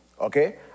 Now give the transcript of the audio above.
Okay